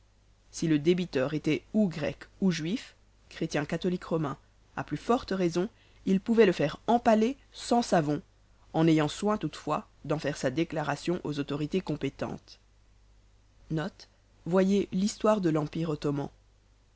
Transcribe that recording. si le débiteur était ou grec ou juif chrétien catholique romain à plus fortes raisons il pouvait le faire empaler sans savon en ayant soin toutefois d'en faire sa déclaration aux autorités compétentes